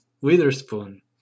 Witherspoon